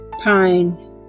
pine